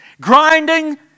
grinding